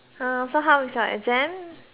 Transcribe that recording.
so how is your exam